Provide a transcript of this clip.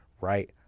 right